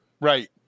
right